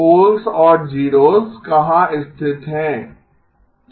poles और zeros कहां स्थित हैं